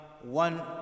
One